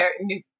new